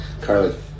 Carly